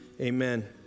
Amen